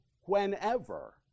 whenever